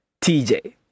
TJ